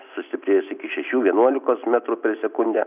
sustiprės iki šešių vienuolikos metrų per sekundę